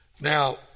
Now